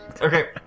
Okay